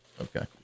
okay